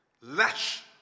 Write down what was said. Lash